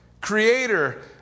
creator